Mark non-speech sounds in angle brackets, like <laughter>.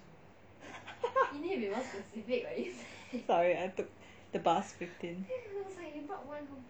<laughs> sorry I took the bus fifteen